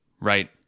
Right